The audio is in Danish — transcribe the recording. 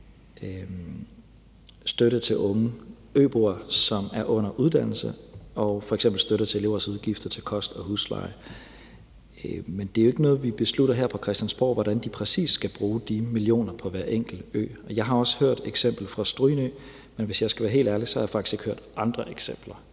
støtte til unge øboere, som er under uddannelse, f.eks. støtte til elevers udgifter til kost og husleje. Men vi beslutter jo ikke her på Christiansborg, hvordan de præcist skal bruge de millioner på hver enkelt ø. Jeg har også hørt om eksemplet fra Strynø, men hvis jeg skal være helt ærlig, har jeg faktisk ikke hørt andre eksempler.